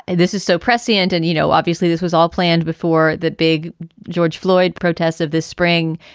and this is so prescient and, you know, obviously this was all planned before that big george floyd protests of this spring.